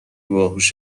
باهوش